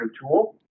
tool